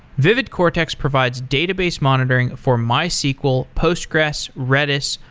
vividcortex provides database monitoring for mysql, postgres, redis,